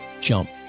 Jump